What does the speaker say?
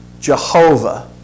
Jehovah